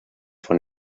von